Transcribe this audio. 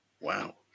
Wow